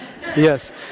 yes